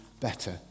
better